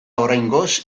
oraingoz